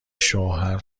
شوهر